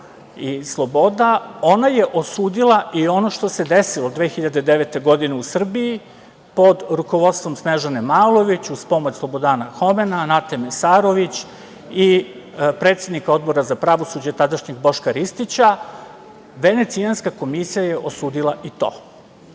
i sloboda. Ona je osudila i ono što se desilo 2009. godine u Srbiji pod rukovodstvom Snežane Malović, uz pomoć Slobodana Homena, Nate Mesarović i predsednika Odbora za pravosuđa, tadašnjeg Boška Ristića. Venecijanska komisija je osudila i